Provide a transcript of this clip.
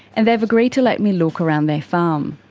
and they've agreed to let me look around their farm.